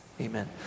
amen